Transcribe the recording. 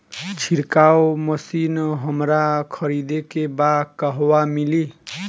छिरकाव मशिन हमरा खरीदे के बा कहवा मिली?